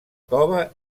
cova